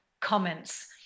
comments